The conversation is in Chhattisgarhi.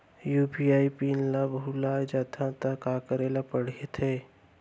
यू.पी.आई पिन ल भुला जाथे त का करे ल पढ़थे?